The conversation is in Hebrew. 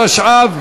התשע"ו,